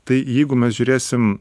tai jeigu mes žiūrėsim